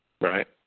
Right